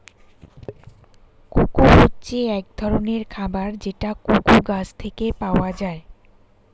cocoa হচ্ছে এক ধরনের খাবার যেটা কোকো গাছ থেকে পাওয়া যায়